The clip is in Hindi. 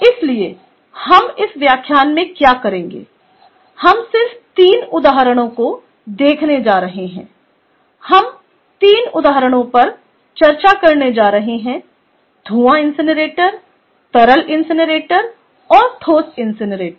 इसलिए हम इस व्याख्यान में क्या करेंगे हम सिर्फ 3 उदाहरणों को देखने जा रहे हैं हम 3 उदाहरणों पर चर्चा करने जा रहे हैं धूआं इनसिनरेटर तरल इनसिनरेटर और ठोस इनसिनरेटर